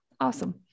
Awesome